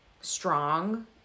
strong